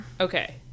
Okay